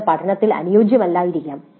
അത് പഠനത്തിന് വളരെ അനുയോജ്യമല്ലായിരിക്കാം